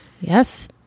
yes